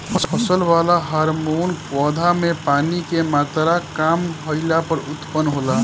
फसल वाला हॉर्मोन पौधा में पानी के मात्रा काम भईला पर उत्पन्न होला